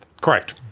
Correct